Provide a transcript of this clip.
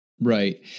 Right